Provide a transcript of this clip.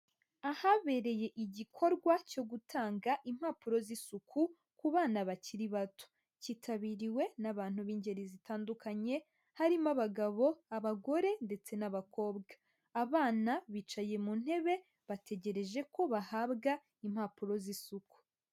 Ahabereye igikorwa cyo gutanga impapuro z'isuku ku bana bakiri bato, kitabiriwe n'abantu b'ingeri zitandukanye, harimo abagabo, abagore, ndetse n'abakobwa, abana bicaye mu ntebe bategereje ko bahabwa impapuro z'isuku.